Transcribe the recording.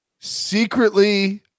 secretly